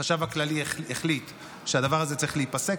החשב הכללי החליט שהדבר הזה צריך להיפסק.